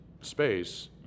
space